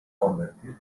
convertir